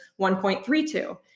1.32